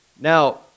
Now